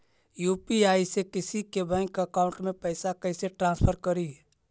UPI से किसी के बैंक अकाउंट में पैसा कैसे ट्रांसफर करी?